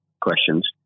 questions